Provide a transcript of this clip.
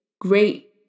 great